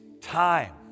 time